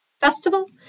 Festival